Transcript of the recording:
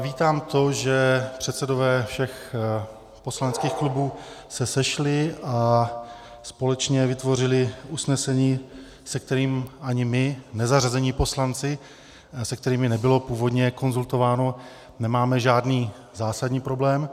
Vítám to, že předsedové všech poslaneckých klubů se sešli a společně vytvořili usnesení, se kterým ani my nezařazení poslanci, se kterými nebylo původně konzultováno, nemáme žádný zásadní problém.